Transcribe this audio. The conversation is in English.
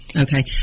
Okay